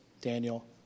Daniel